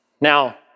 Now